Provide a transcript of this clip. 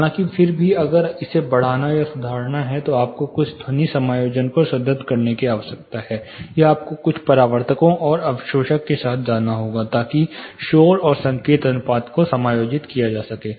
हालांकि फिर भी अगर आपको इसे बढ़ाना या सुधारना है तो आपको कुछ ध्वनि समायोजन को सुदृढ़ करने की आवश्यकता हो सकती है या आपको कुछ परावर्तकों और अवशोषक के साथ जाना होगा ताकि शोर और संकेत अनुपात को समायोजित किया जा सके